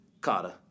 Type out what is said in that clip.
Carter